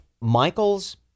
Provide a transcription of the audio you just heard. Michael's